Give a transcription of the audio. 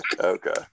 okay